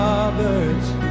Roberts